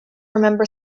remember